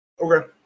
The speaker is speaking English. Okay